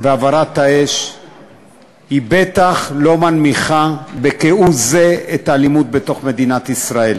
והבערת האש בטח לא מנמיכים כהוא-זה את האלימות בתוך מדינת ישראל.